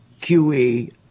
QE